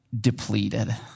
depleted